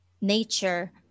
nature